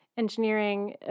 Engineering